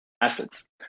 assets